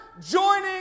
joining